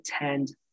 attend